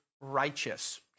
righteous